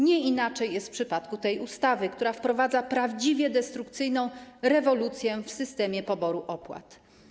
Nie inaczej jest w przypadku tej ustawy, która wprowadza prawdziwie destrukcyjną rewolucję w systemie poboru opłat.